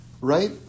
right